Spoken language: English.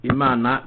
Imana